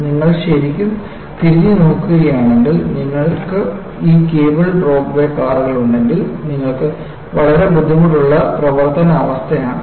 നിങ്ങൾ ശരിക്കും തിരിഞ്ഞുനോക്കുകയാണെങ്കിൽ നിങ്ങൾക്ക് ഈ കേബിൾ റോപ്വേ കാറുകളുണ്ടെങ്കിൽ നിങ്ങൾക്ക് വളരെ ബുദ്ധിമുട്ടുള്ള പ്രവർത്തന അവസ്ഥ ആണ്